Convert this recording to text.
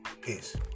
Peace